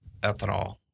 ethanol